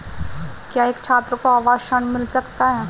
क्या एक छात्र को आवास ऋण मिल सकता है?